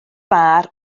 bar